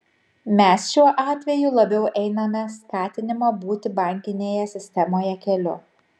mes šiuo atveju labiau einame skatinimo būti bankinėje sistemoje keliu